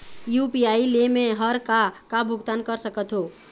UPI ले मे हर का का भुगतान कर सकत हो?